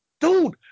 dude